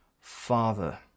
father